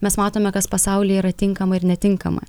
mes matome kas pasaulyje yra tinkama ir netinkama